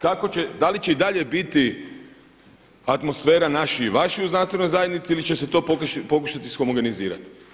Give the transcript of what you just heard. Kako će, da li će i dalje biti atmosfera naši i vaši u znanstvenoj zajednici ili će se to pokušati ishomogenizirati.